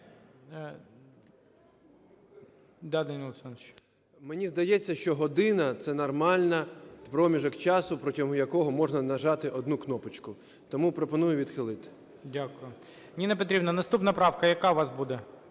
Мені здається, що година – це нормальний проміжок часу, протягом якого можна нажати одну кнопочку. Тому пропоную відхилити. ГОЛОВУЮЧИЙ. Дякую. Ніна Петрівна, наступна правка яка у вас буде?